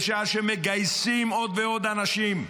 בשעה שמגייסים עוד ועוד אנשים,